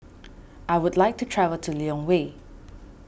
I would like to travel to Lilongwe